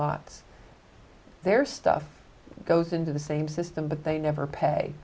lots their stuff goes into the same system but they never pay